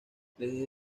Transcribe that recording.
desde